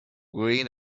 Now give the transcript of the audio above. green